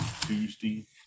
Tuesday